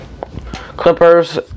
Clippers